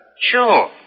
Sure